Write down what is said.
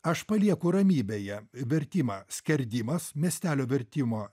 aš palieku ramybėje vertimą skerdimas miestelio vertimo